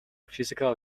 physical